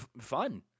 Fun